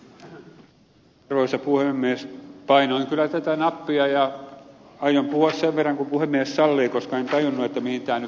painoin kyllä tätä nappia ja aion puhua sen verran kuin puhemies sallii koska en tajunnut mihin tämä nyt pitäisi rajata